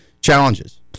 challenges